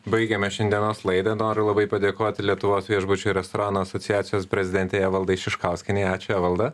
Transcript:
baigėme šiandienos laidą noriu labai padėkoti lietuvos viešbučių ir restoranų asociacijos prezidentei evaldai šiškauskienei ačiū evalda